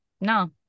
no